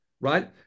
right